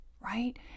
right